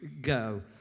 Go